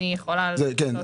אני יכולה --- כן,